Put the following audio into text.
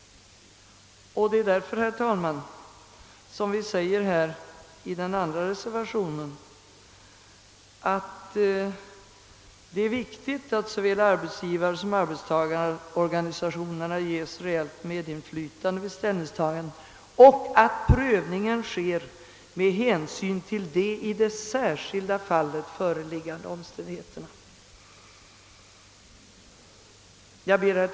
Det är därför som vi i reservationen 2 vid statsutskottets utlåtande nr 196 uttalar att det är »angeläget att såväl arbetsgivarsom arbetstagarorganisationerna ges reellt medinflytande vid ställningstagandet och att prövningen sker med hänsyn till de i det särskilda fallet föreliggande omständigheterna». Herr talman!